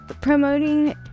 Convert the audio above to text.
promoting